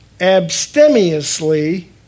Abstemiously